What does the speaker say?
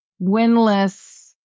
winless